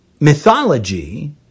mythology